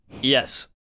Yes